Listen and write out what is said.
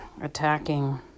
attacking